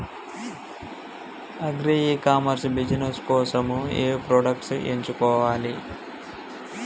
Agri e commerce business కోసము ఏ products ఎంచుకోవాలి?